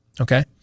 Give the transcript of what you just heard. Okay